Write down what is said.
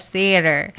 Theater